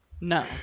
no